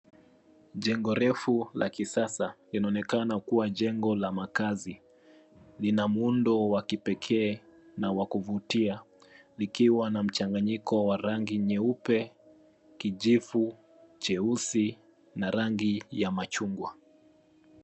Jengo refu la kisasa linaonekana kuwa jengo la makazi. Lina muundo wa kipekee na wa kuvutia likiwa na mchanganyiko wa rangi: nyeupe, kijivu, cheusi na rangi ya machungwa.